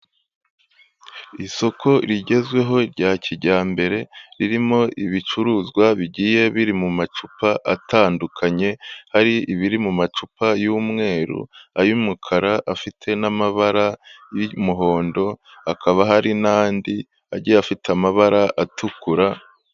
Isoko rigezweho rya kijyambere ririmo ibicuruzwa bigiye biri mu macupa atandukanye, hari ibiri mu macupa y'umweru, ay'umukara afite n'amabara y'umuhondo hakaba hari n'andi agiye afite amabara atukura.